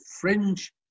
fringe